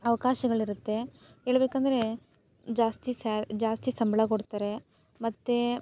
ಅವಕಾಶಗಳಿರುತ್ತೆ ಹೇಳ್ಬೇಕಂದ್ರೆ ಜಾಸ್ತಿ ಸ್ಯಾಲ್ ಜಾಸ್ತಿ ಸಂಬಳ ಕೊಡ್ತಾರೆ ಮತ್ತೆ